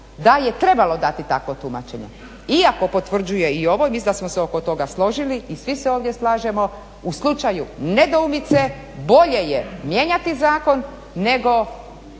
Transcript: da je trebalo dati takve tumačenje. Iako potvrđuje i ovo i mislim da smo se oko toga složili i svi se ovdje slažemo, u slučaju nedoumice bolje je mijenjati zakon nego